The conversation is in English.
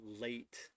late